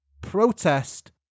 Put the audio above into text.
protest